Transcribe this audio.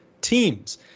Teams